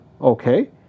Okay